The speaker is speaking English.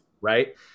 Right